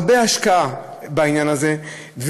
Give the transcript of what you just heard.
הרבה השקעה בעניין הזה,